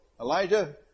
Elijah